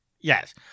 Yes